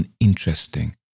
uninteresting